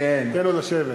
תן לו לשבת.